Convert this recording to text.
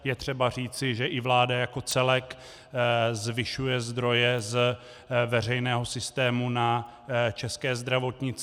Je třeba říci, že i vláda jako celek zvyšuje zdroje z veřejného systému na české zdravotnictví.